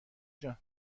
جان